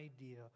idea